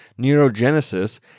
neurogenesis